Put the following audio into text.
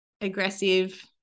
aggressive